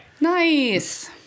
Nice